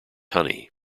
honey